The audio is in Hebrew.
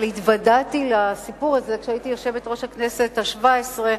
אבל התוועדתי לסיפור הזה כשהייתי יושבת-ראש הכנסת השבע-עשרה.